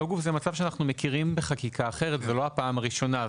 גוף הוא מצב שאנחנו מכירים מחקיקה אחרת; זו לא הפעם הראשונה.